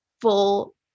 full